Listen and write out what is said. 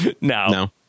no